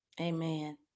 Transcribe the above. amen